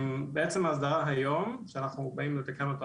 בעצם האסדרה היום שאנחנו באים לתקן אותה